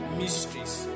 mysteries